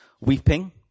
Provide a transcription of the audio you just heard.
weeping